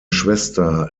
schwester